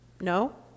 No